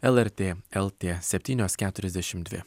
lrt lt septynios keturiasdešimt dvi